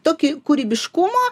tokį kūrybiškumą